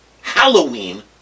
Halloween